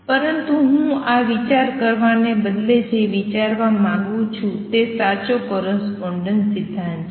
પરંતુ હું આ વિચાર કરવાને બદલે જે વિચારવા માંગું છું તે સાચો કોરસ્પોંડેન્સ સિદ્ધાંત છે